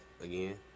again